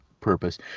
purpose